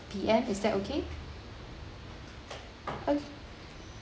P_M is that okay